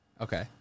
Okay